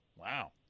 Wow